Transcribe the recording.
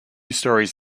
stories